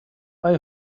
اقای